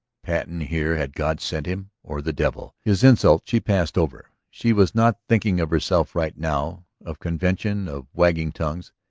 patten here! had god sent him. or the devil? his insult she passed over. she was not thinking of herself right now, of convention, of wagging tongues.